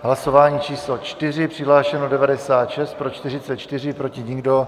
Hlasování číslo 4, přihlášeno 96, pro 44, proti nikdo.